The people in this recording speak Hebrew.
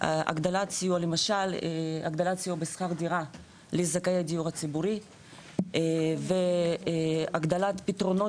הגדלת סיוע למשל הגדלת סיוע בשכר דירה לזכאי הדיור הציבורי והגדלת פתרונות